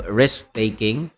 risk-taking